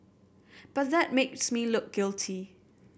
but that makes me look guilty